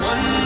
One